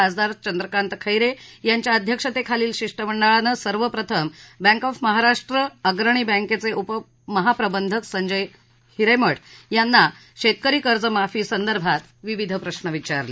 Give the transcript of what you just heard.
खासदार चंद्रकांत खैरे यांच्या अध्यक्षतेखालील शिष्टमंडळानं सर्वप्रथम बँक ऑफ महाराष्ट्र अग्रणी बँकेचे उप महाप्रबंधक संजय हिरमिठे यांना शेतकरी कर्ज माफी संदर्भात विविध प्रश्न विचारले